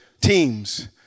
teams